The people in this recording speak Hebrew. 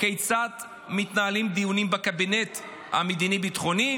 כיצד מתנהלים דיונים בקבינט המדיני-ביטחוני,